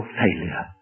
failure